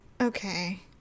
Okay